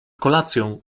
kolacją